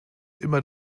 immer